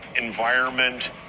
environment